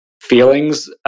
feelings